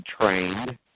trained